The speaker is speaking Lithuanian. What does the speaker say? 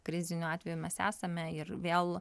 kriziniu atveju mes esame ir vėl